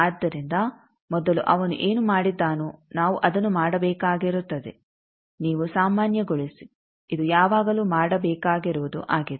ಆದ್ದರಿಂದ ಮೊದಲು ಅವನು ಏನು ಮಾಡಿದ್ದಾನೋ ನಾವು ಅದನ್ನು ಮಾಡಬೇಕಾಗಿರುತ್ತದೆ ನೀವು ಸಾಮಾನ್ಯಗೊಳಿಸಿ ಇದು ಯಾವಾಗಲೂ ಮಾಡಬೇಕಾಗಿರುವುದು ಆಗಿದೆ